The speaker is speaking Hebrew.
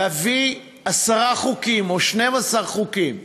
להביא עשרה חוקים או 12 חוקים